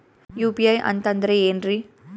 UPI ಅಂತಂದ್ರೆ ಏನ್ರೀ?